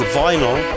vinyl